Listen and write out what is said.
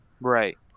Right